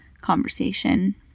conversation